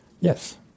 Yes